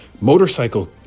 motorcycle